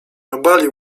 obalił